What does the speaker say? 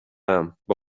ام، با